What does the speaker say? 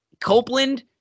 Copeland